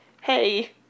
hey